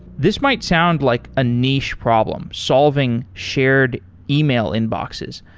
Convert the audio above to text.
this might sound like a niche problem solving shared e mail inboxes,